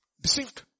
deceived